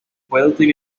puede